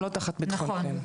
הם לא תחת ביטחון פנים.